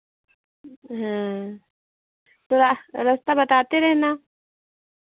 हाँ तो आप रास्ता बताते रहना